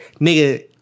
nigga